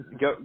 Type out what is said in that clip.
go